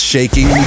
Shaking